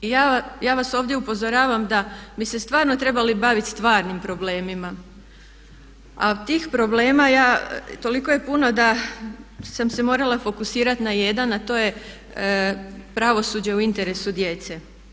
I ja vas ovdje upozoravam da mi bi se stvarno trebali baviti stvarnim problemima a tih problema toliko je puno da sam se morala fokusirati na jedan, a to je pravosuđe u interesu djece.